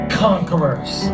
conquerors